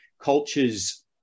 cultures